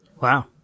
Wow